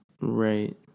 Right